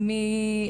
למשל,